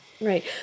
Right